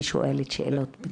אני יכול